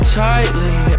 tightly